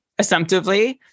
assumptively